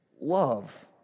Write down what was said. love